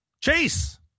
chase